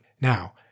now